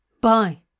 bye